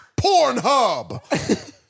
Pornhub